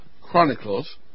Chronicles